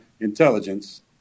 intelligence